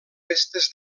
restes